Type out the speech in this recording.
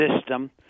system